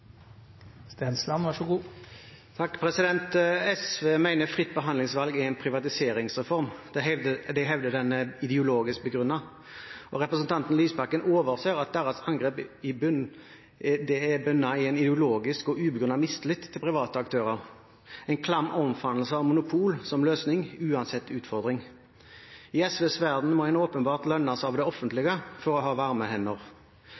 en privatiseringsreform, de hevder den er ideologisk begrunnet. Representanten Lysbakken overser at deres angrep bunner i en ideologisk og ubegrunnet mistillit til private aktører – en klam omfavnelse av monopol som løsning uansett utfordring. I SVs verden må en åpenbart lønnes av det offentlige for å ha varme hender. Jeg lurer på om Lysbakken kan nevne én konkret reform fra SV som gjorde 2013 til et bedre år enn 2005 for personer med